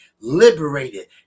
liberated